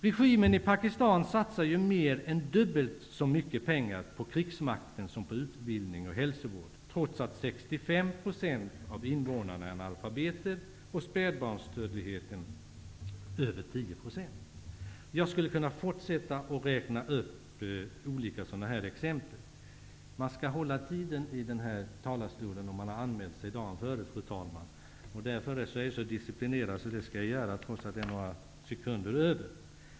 Regimen i Pakistan satsar ju mer än dubbelt så mycket pengar på krigsmakten som på utbildning och hälsovård trots att 65 % av invånarna är analfabeter och spädbarnsdödligheten över 10 %. Jag skulle kunna fortsätta att räkna upp olika sådana här exempel. Men man skall hålla tiden i denna talarstol om man har anmält sig dagen före, fru talman. Jag är så disciplinerad att jag därför skall sluta mitt anförande nu fast jag har några sekunder över.